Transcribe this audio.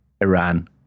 Iran